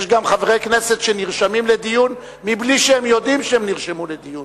יש גם חברי כנסת שנרשמים לדיון בלי שהם יודעים שהם נרשמו לדיון,